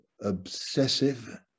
obsessive